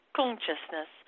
consciousness